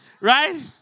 Right